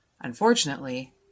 unfortunately